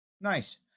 Nice